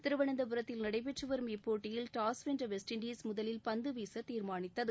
திருவனந்தபுரத்தில் நடைபெற்றுவரும் இப்போட்டியில் டாஸ் வென்ற வெஸ்ட் இண்டிஸ் முதலில் பந்து வீச தீர்மானித்தது